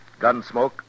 Gunsmoke